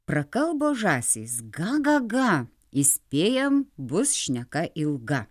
prakalbo žąsys gą gą gą įspėjam bus šneka ilga